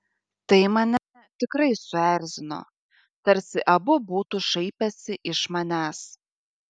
tai mane tikrai suerzino tarsi abu būtų šaipęsi iš manęs